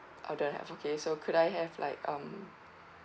oh don't have okay so could I have like um